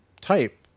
type